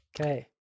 Okay